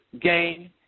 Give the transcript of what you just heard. gain